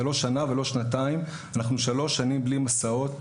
זה לא שנה ולא שנתיים אלא אלה שלוש שנים בלי מסעות.